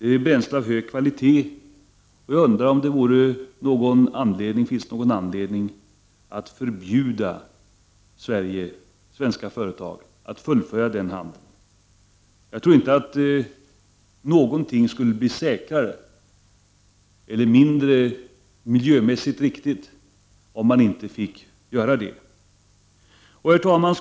Det är bränsle av hög kvalitet, och jag undrar om det finns någon anledning att förbjuda svenska företag att fullfölja den handeln. Jag tror inte någonting skulle bli säkrare eller mindre riktigt miljömässigt, om företagen inte fick sälja. Herr talman!